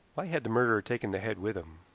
why had the murderer taken the head with him?